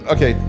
Okay